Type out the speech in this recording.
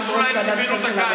יושב-ראש ועדת הכלכלה,